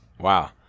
Wow